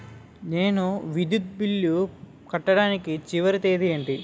నేను విద్యుత్ బిల్లు కట్టడానికి చివరి తేదీ ఏంటి?